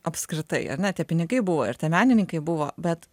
apskritai ar ne tie pinigai buvo ir tie menininkai buvo bet